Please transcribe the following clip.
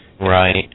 Right